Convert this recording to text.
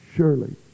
Surely